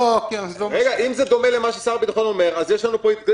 מתן כהנא (הבית היהודי,